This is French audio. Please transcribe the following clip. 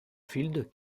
field